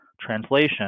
translation